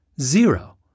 Zero